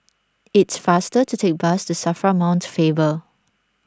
it's faster to take the bus to Safra Mount Faber